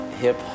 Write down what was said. Hip